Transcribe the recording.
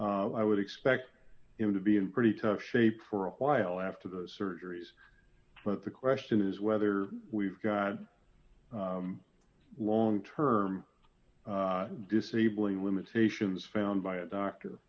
right i would expect him to be in pretty tough shape for a while after the surgeries but the question is whether we've got long term disabling limitations found by a doctor